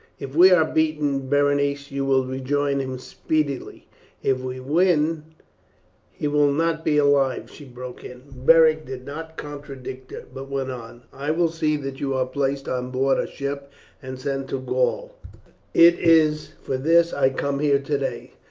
if we are beaten, berenice, you will rejoin him speedily if we win he will not be alive, she broke in. beric did not contradict her, but went on, i will see that you are placed on board a ship and sent to gaul it is for this i come here today.